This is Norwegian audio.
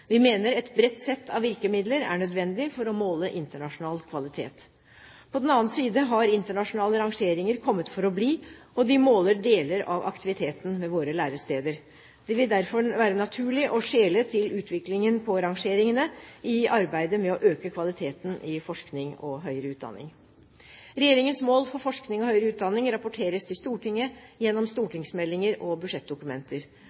Vi mener et bredt sett av virkemidler er nødvendig for å måle internasjonal kvalitet. På den annen side har internasjonale rangeringer kommet for å bli, og de måler deler av aktiviteten ved våre læresteder. Det vil derfor være naturlig å skjele til utviklingen på rangeringene i arbeidet med å øke kvaliteten i forskning og høyere utdanning. Regjeringens mål for forskning og høyere utdanning rapporteres til Stortinget gjennom